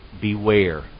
beware